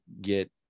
get